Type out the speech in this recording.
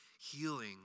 healing